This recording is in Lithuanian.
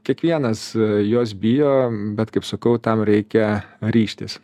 kiekvienas jos bijo bet kaip sakau tam reikia ryžtis